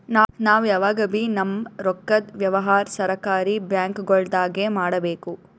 ನಾವ್ ಯಾವಗಬೀ ನಮ್ಮ್ ರೊಕ್ಕದ್ ವ್ಯವಹಾರ್ ಸರಕಾರಿ ಬ್ಯಾಂಕ್ಗೊಳ್ದಾಗೆ ಮಾಡಬೇಕು